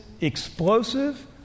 explosive